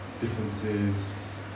differences